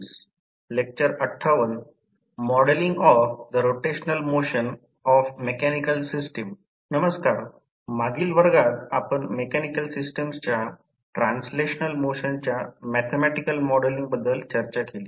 8 शक्ती घटक वर पूर्ण भार पुरवितो तेव्हा तसेच एकक शक्ती घटकांवर अर्धा भार पुरवठा केल्याचे विश्लेषण करताना 99 ची कार्यक्षमता येते